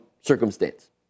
circumstance